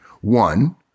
One